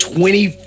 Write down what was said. Twenty